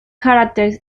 characters